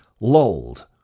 lulled